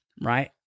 Right